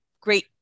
great